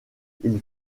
ils